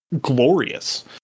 glorious